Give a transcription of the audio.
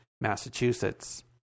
Massachusetts